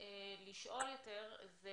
לשאול יותר, זה